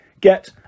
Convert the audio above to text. Get